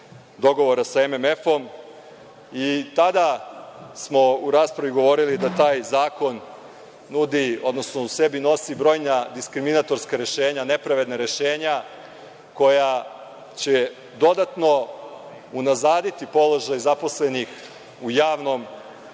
dogovora sa MMF. Tada smo u raspravi govorili da taj zakon u sebi nosi brojna diskriminatorska rešenja, nepravedna rešenja koja će dodatno unazaditi položaj zaposlenih u javnom